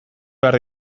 behar